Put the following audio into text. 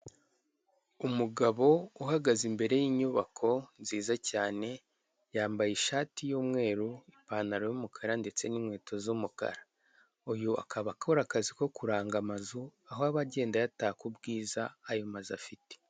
Umugabo uhagaze imbere y'inyubako nziza cyane, yambaye ishati y'umweru, ipantaro y'umukara ndetse n'inkweto z'umukara. Uyu akaba akora akazi ko kuranga amazu aho aba agenda ayataka ubwiza ayo mazu afite.